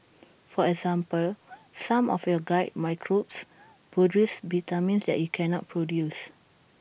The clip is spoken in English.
for example some of your gut microbes produce vitamins that you cannot produce